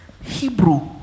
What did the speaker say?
Hebrew